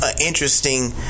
interesting